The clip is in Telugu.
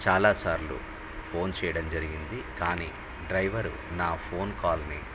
చాలా సార్లు ఫోన్ చేయడం జరిగింది కానీ డ్రైవరు నా ఫోన్ కాల్ని